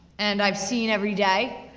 and i've seen every day,